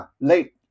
late